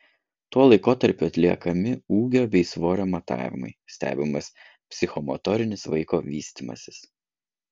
tuo laikotarpiu atliekami ūgio bei svorio matavimai stebimas psichomotorinis vaiko vystymasis